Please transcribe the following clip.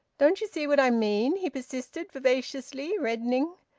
don't you see what i mean? he persisted vivaciously, reddening.